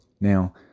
Now